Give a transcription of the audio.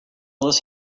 this